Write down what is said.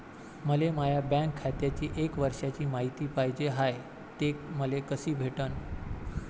मले माया बँक खात्याची एक वर्षाची मायती पाहिजे हाय, ते मले कसी भेटनं?